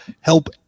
help